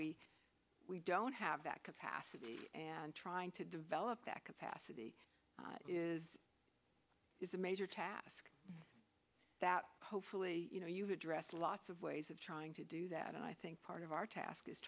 we we don't have that capacity and trying to develop that capacity is is a major task that hopefully you know you address lots of ways of trying to do that and i think part of our task is